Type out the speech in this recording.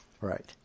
Right